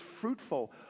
fruitful